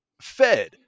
fed